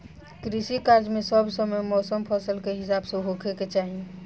कृषि कार्य मे सब समय मौसम फसल के हिसाब से होखे के चाही